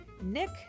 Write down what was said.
Nick